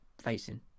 facing